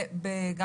נכון.